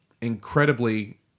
incredibly